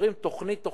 עוברים תוכנית-תוכנית,